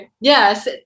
Yes